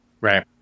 Right